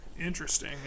Interesting